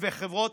וחברות